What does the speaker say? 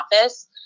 office